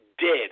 dead